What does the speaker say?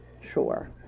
Sure